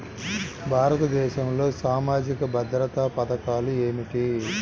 భారతదేశంలో సామాజిక భద్రతా పథకాలు ఏమిటీ?